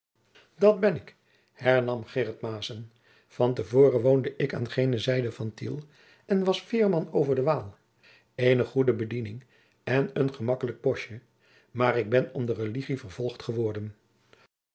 dat ben ik hernam gheryt maessen van te voren woonde ik aan gene zijde van tiel en was veerman over den waal eene goede bediening en een gemakkelijk postje maôr ik ben om de religie vervolgd eworden